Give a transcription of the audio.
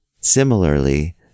Similarly